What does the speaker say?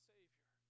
Savior